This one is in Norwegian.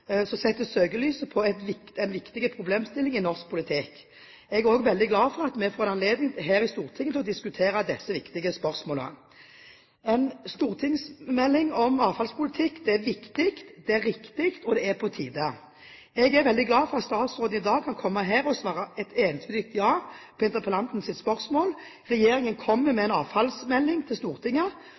søkelyset på en viktig problemstilling i norsk politikk. Jeg er også veldig glad for at vi får en anledning her i Stortinget til å diskutere disse viktige spørsmålene. En stortingsmelding om avfallspolitikken er viktig, riktig og på tide. Jeg er veldig glad for at statsråden i dag kan komme hit og svare et entydig ja på interpellantens spørsmål – regjeringen kommer med en avfallsmelding til Stortinget.